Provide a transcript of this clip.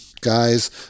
guys